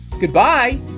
Goodbye